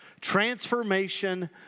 Transformation